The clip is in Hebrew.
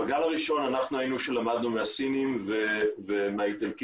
בגל הראשון אנחנו למדנו מהסינים ומהאיטלקים,